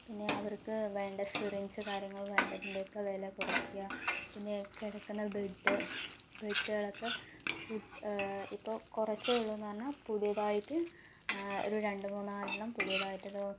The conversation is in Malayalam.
പിന്നെ അവർക്ക് വേണ്ട സിറിഞ്ചു കാര്യങ്ങൾ വേണ്ടതിൻ്റെയൊക്കെ വില കുറയ്ക്കുക പിന്നെ കിടക്കണ ബെഡ് ബെഡുകളോക്കെ ഇപ്പോൾ കുറച്ചേ ഉള്ളു എന്ന് പറഞ്ഞാൽ പുതിയതായിട്ട് ഒരുരണ്ടുമൂന്നാലെണ്ണം പുതിയതായിട്ട്